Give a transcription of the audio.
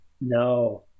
No